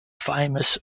famous